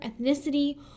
ethnicity